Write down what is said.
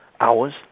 hours